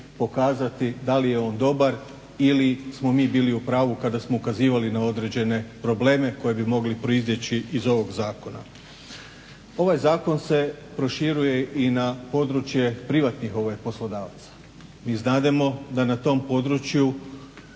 da li je on dobar ili smo mi bili u pravu kada smo ukazivali na određene probleme koji bi mogli proizaći iz ovog zakona. Ovaj zakon se proširuje i na područje privatnih poslodavaca. Mi znademo da na tom području